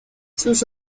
sus